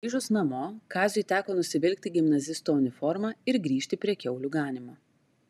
grįžus namo kaziui teko nusivilkti gimnazisto uniformą ir grįžti prie kiaulių ganymo